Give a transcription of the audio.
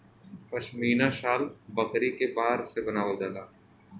पश्मीना शाल बकरी के बार से बनावल जाला